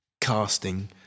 casting